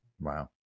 Wow